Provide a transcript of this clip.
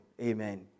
Amen